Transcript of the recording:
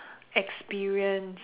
experience